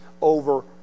over